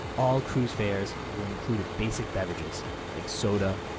all cruise fares will include basic beverages like soda,